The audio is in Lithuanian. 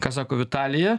ką sako vitalija